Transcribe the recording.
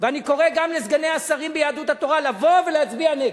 ואני קורא גם לסגני השרים ביהדות התורה לבוא ולהצביע נגד.